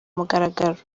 mugaragaro